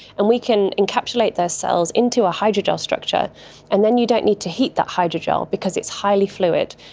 and we can encapsulate those cells into a hydrogel structure and then you don't need to heat that hydrogel because it's highly fluid.